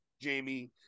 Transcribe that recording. Jamie